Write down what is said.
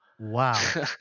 Wow